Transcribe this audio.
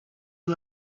who